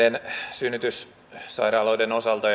synnytyssairaaloiden osalta